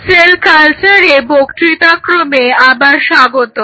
sell কালচারের বক্তৃতাক্রমে আবার স্বাগতম